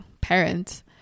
parents